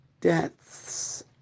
deaths